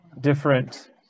different